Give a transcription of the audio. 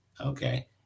okay